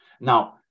Now